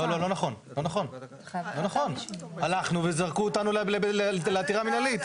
לא לא לא נכון, הלכנו וזרקו אותנו לעתירה מנהלית.